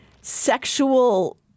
sexual